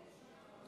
חבר